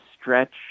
stretch